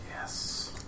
Yes